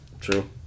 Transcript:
True